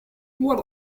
what